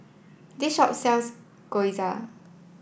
this shop sells Gyoza